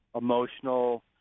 emotional